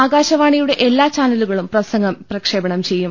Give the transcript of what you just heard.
ആകാശവാണിയുടെ എല്ലാ ചാനലു കളും പ്രസംഗം പ്രക്ഷേപണം ചെയ്യും